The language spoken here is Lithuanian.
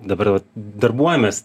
dabar vat darbuojamės